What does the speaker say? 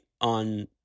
on